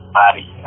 body